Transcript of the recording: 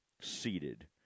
seated